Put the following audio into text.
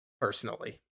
personally